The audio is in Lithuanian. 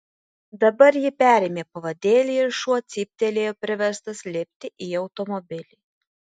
dabar ji perėmė pavadėlį ir šuo cyptelėjo priverstas lipti į automobilį